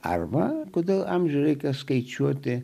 arba kodėl amžių reikia skaičiuoti